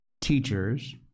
teachers